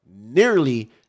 nearly